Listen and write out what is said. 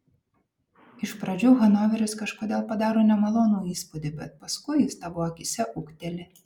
iš pradžių hanoveris kažkodėl padaro nemalonų įspūdį bet paskui jis tavo akyse ūgteli